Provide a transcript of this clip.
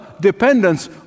dependence